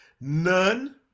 None